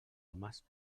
homes